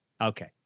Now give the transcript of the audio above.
Okay